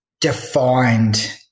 defined